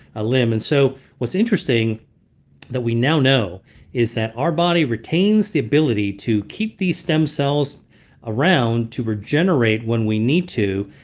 a limb. and so what's interesting that we now know is that our body retains the ability to keep these stem cells around to regenerate when we need to